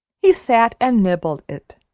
he sat and nibbled it,